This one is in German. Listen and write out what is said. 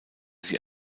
sie